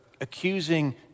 accusing